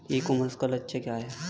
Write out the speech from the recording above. ई commerce का लक्ष्य क्या है?